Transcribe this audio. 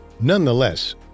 Nonetheless